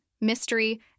mystery